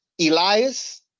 Elias